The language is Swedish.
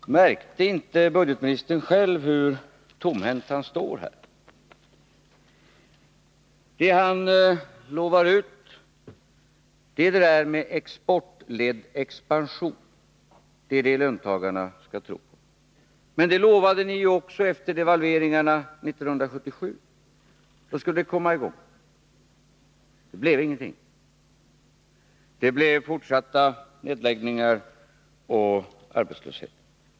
Herr talman! Märkte inte budgetministern själv hur tomhänt han stod här? Det han lovar nu är exportledd expansion. Det är det löntagarna skall tro. Men det lovade ni ju också efter devalveringarna 1977. Då skulle vi komma i gång. Det hände ingenting. Det blev fortsatta nedläggningar och arbetslöshet.